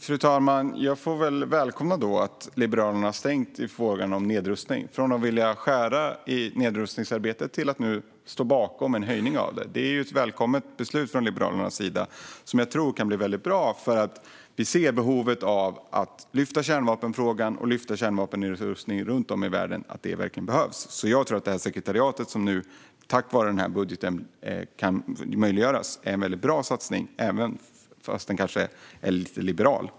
Fru talman! Jag får väl då välkomna att Liberalerna har svängt i frågan om nedrustning från att vilja skära i nedrustningsarbetet till att nu stå bakom en höjning. Det är ett välkommet beslut från Liberalernas sida som jag tror kan bli väldigt bra, eftersom vi ser ett behov av att lyfta frågan om kärnvapen och kärnvapennedrustning runt om i världen. Jag tror att det sekretariat som nu tack vare den här budgeten kan möjliggöras är en väldigt bra satsning, även om den kanske är lite liberal.